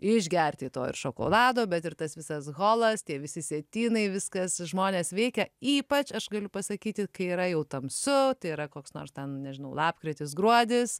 išgerti to ir šokolado bet ir tas visas holas tie visi sietynai viskas žmonės veikia ypač aš galiu pasakyti kai yra jau tamsu tai yra koks nors ten nežinau lapkritis gruodis